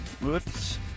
Whoops